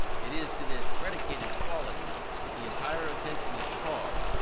it is to this predicated quality that the entire attention is called,